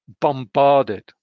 bombarded